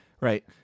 Right